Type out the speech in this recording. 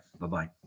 Bye-bye